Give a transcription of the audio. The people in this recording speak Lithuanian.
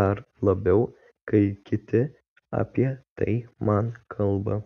dar labiau kai kiti apie tai man kalba